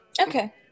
Okay